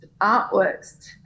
artworks